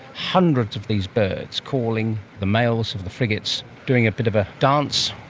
hundreds of these birds, calling. the males of the frigates doing a bit of a dance,